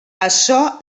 açò